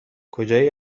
کجایی